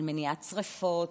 מניעת שרפות.